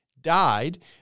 died